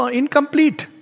incomplete